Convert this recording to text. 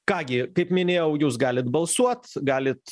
ką gi kaip minėjau jūs galit balsuot galit